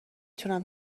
تونم